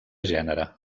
gènere